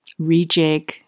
rejig